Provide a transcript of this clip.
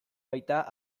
baita